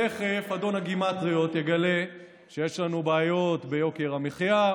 תכף אדון הגימטריות יגלה שיש לנו בעיות ביוקר המחיה.